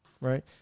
right